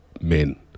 men